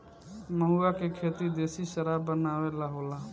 महुवा के खेती देशी शराब बनावे ला होला